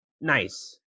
Nice